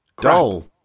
dull